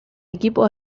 equipo